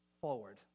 Forward